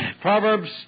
Proverbs